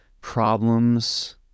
problems